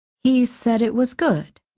he said it was good.